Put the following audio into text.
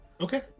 Okay